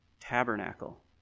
tabernacle